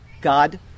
god